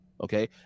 Okay